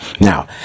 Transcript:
Now